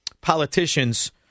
politicians